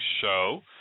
show